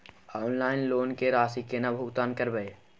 Online loan के राशि केना भुगतान करबे?